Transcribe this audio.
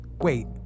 Wait